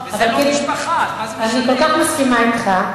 אני כל כך מסכימה אתך,